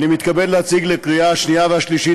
אני מתכבד להציג לקריאה השנייה והשלישית